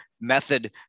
method